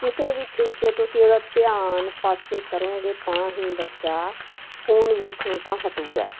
ਕਿਸੇ ਵੀ ਤਰੀਕੇ ਤੁਸੀਂ ਉਹਦਾ ਧਿਆਨ ਪਾਸੇ ਕਰੋਗੇ ਤਾਂ ਹੀ ਬੱਚਾ ਫੋਨ ਵੇਖੋ ਤਾਂ ਹਟੂਗਾ